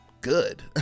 good